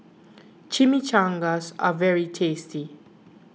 Chimichangas are very tasty